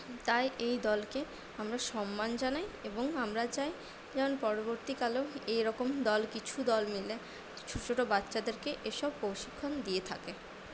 তাই এই দলকে আমরা সম্মান জানাই এবং আমরা চাই যেন পরবর্তীকালেও এরকম দল কিছু দল মিলে ছোটো ছোটো বাচ্চাদেরকে এসব প্রশিক্ষণ দিয়ে থাকে